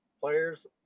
players